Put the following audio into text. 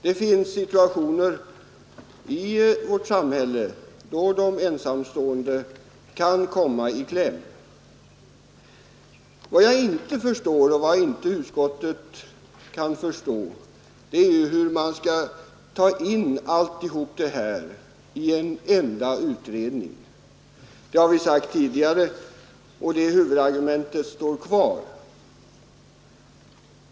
Det finns situationer i vårt samhälle då de ensamstående kan komma i kläm. Vad jag inte förstår och vad utskottet inte kan förstå är hur man skall ta in hela detta problem i en enda utredning. Det har vi sagt tidigare, och det huvudargumentet står kvar.